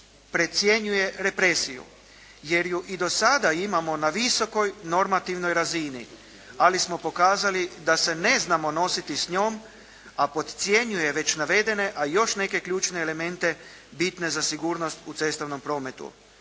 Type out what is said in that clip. precjenjuje represiju jer ju i do sada imamo na visokoj normativnoj razini ali smo pokazali da se ne znamo nositi s njom, a podcjenjuje već navedene a još neke ključne elemente bitne za sigurnost u cestovnom prometu.